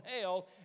hell